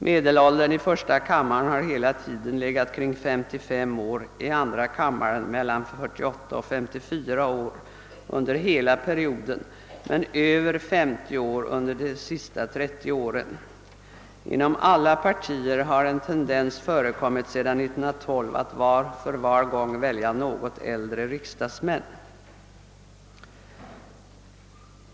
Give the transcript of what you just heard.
Medelåldern har enligt denna i första kammaren hela tiden legat omkring 55 år, i andra kammaren mellan 48 och 54 år under perioden som helhet men över 50 år under de senaste 30 åren. Inom alla partier har en tendens förekommit sedan 1912 att vid varje nytt val välja något äldre riksdagsmän.